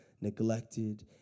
neglected